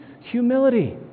Humility